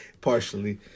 Partially